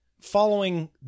following